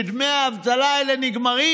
כשדמי האבטלה האלה נגמרים,